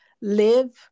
live